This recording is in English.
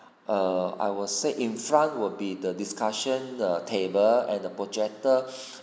err I will say in front will be the discussion table and the projector